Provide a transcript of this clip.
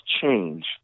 change